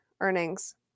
earnings